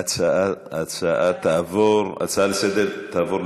ההצעה לסדר-היום תעבור